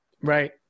Right